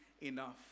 enough